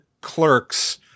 Clerks